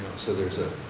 so there's a,